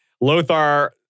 Lothar